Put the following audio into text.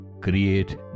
create